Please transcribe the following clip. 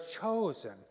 chosen